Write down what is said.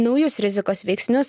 naujus rizikos veiksnius